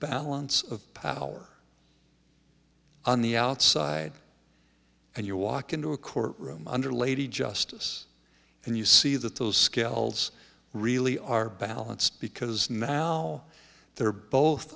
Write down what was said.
balance of power on the outside and you walk into a courtroom under lady justice and you see that those scales really are balanced because now they're both